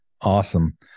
Awesome